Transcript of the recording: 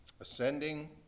ascending